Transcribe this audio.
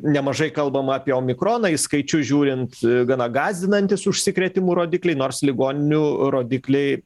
nemažai kalbam apie omikroną į skaičius žiūrint gana gąsdinantys užsikrėtimų rodikliai nors ligoninių rodikliai